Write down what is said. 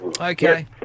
Okay